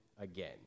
again